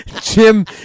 Jim